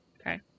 Okay